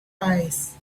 eyes